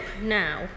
now